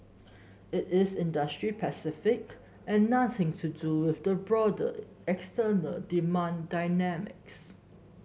it is industry specific and nothing to do with the broader external demand dynamics